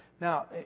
Now